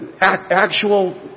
actual